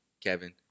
Kevin